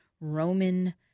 Roman